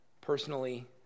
personally